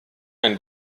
ein